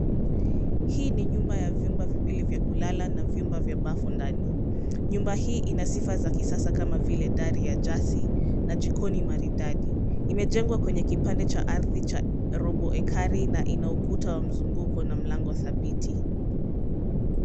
Hii ni nyumba ya vyumba viwili vya kulala na vyumba vya bafu ndani. Nyumba hii ina sifa za kisasa kama vile dari ya jazi na jijini maridadi. Imejengwa kwenye kipande cha ardhi cha robo ekari na ina ukuta wa mzunguko na mlango dhabiti.